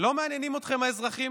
לא מעניינים אתכם האזרחים?